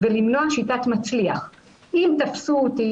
ולמנוע "שיטת מצליח" - אם תפסו אותי,